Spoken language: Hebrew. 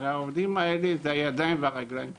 הרי העובדים האלה הם הידיים והרגליים שלנו,